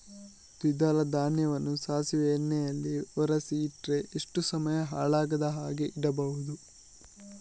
ದ್ವಿದಳ ಧಾನ್ಯವನ್ನ ಸಾಸಿವೆ ಎಣ್ಣೆಯಲ್ಲಿ ಒರಸಿ ಇಟ್ರೆ ಎಷ್ಟು ಸಮಯ ಹಾಳಾಗದ ಹಾಗೆ ಇಡಬಹುದು?